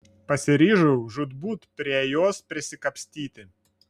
pasiryžau žūtbūt prie jos prisikapstyti